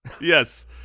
Yes